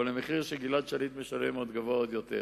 אבל המחיר שגלעד שליט משלם גבוה עוד יותר.